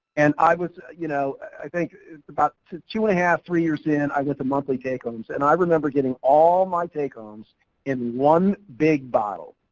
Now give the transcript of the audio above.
and i was, you know, i think about two and a half three years in i went to monthly take-homes and i remember getting all my take-homes in one big bottle.